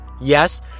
Yes